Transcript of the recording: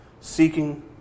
seeking